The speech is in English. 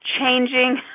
changing